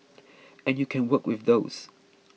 and you can work with those